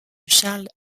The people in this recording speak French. charles